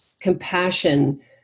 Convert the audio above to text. compassion